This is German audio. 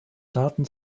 taten